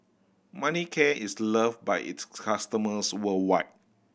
Manicare is loved by its customers worldwide